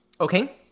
Okay